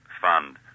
fund